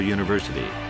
University